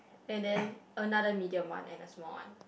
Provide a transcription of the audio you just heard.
and then another medium one and a small one